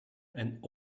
and